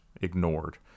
ignored